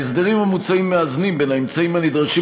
ההסדרים המוצעים מאזנים בין האמצעים הנדרשים